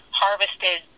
harvested